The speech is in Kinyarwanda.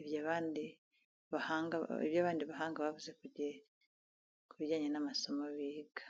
ibyo abandi bahanga bavuze ku bijyanye n'amasomo biga.